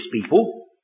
people